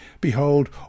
Behold